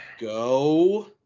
Go